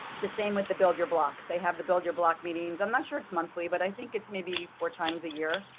the same with the build your blocks. they have the build your block meetings. i'm not sure it's monthly, but i think it's maybe four times a year.